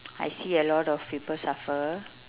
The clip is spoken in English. I see a lot of people suffer